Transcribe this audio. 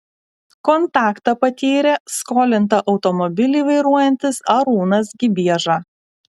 kontaktą patyrė skolinta automobilį vairuojantis arūnas gibieža